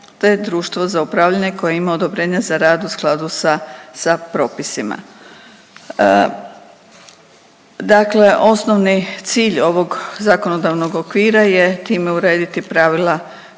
te Društvo za upravljanje koje ima odobrenja za rad u skladu sa, sa propisima. Dakle osnovni cilj ovog zakonodavnog okvira je time urediti pravila